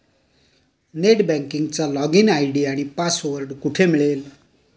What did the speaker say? Net बँकिंगचा login ID आणि password कुठे मिळेल?